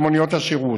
של מוניות השירות,